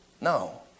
No